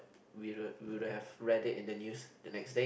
we would would have read it in this news the next day